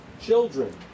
Children